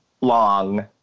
long